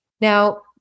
Now